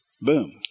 Boom